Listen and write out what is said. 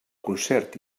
concert